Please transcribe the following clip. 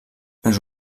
les